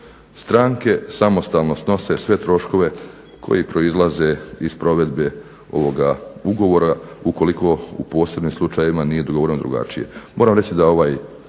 Stranke samostalno snose sve troškove koji proizlaze iz provedbe ovoga ugovora, ukoliko u posebnim slučajevima nije dogovoreno drugačije.